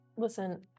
Listen